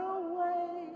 away